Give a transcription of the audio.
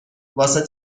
واسه